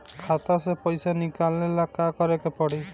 खाता से पैसा निकाले ला का करे के पड़ी?